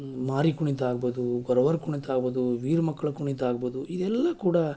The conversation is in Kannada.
ಮಾರಿ ಕುಣಿತ ಆಗ್ಬೋದು ಗೊರವರ ಕುಣಿತ ಆಗ್ಬೋದು ವೀರ ಮಕ್ಕಳ ಕುಣಿತ ಆಗ್ಬೋದು ಇದೆಲ್ಲಾ ಕೂಡ